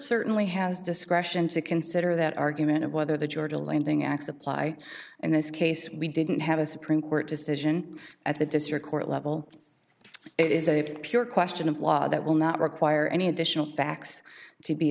certainly has discretion to consider that argument of whether the georgia lending acts apply in this case we didn't have a supreme court decision at the district court level it is a pure question of law that will not require any additional facts to be